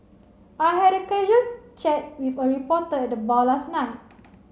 I had a casual chat with a reporter at the bar last night